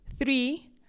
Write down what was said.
Three